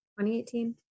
2018